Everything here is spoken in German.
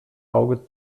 auge